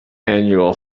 annual